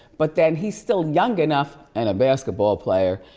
but then he's still young enough, and a basketball player,